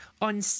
on